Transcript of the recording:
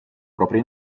propria